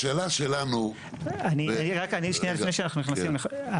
השאלה שלנו --- רק שנייה לפני שאנחנו נכנסים.